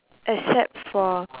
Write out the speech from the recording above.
except for